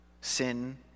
sin